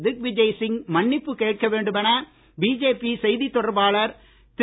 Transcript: திக் விஜய் சிங் மன்னிப்பு கேட்க வேண்டும் என பிஜேபி செய்தித் தொடர்பாளர் திரு